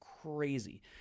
crazy